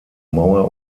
mauer